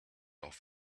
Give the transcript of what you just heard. off